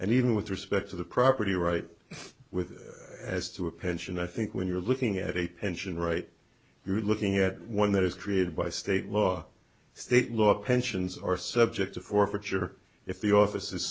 and even with respect to the property right with as to a pension i think when you're looking at a pension right you're looking at one that is created by state law state law pensions are subject to forfeiture if the office